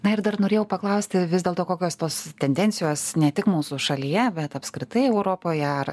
na ir dar norėjau paklausti vis dėlto kokios tos tendencijos ne tik mūsų šalyje bet apskritai europoje ar